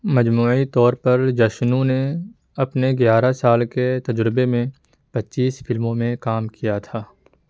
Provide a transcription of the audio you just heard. مجموعی طور پر جشنو نے اپنے گیارہ سال کے تجربے میں پچیس فلموں میں کام کیا تھا